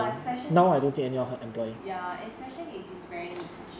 but special needs ya and special needs is very niche